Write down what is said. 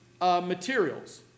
materials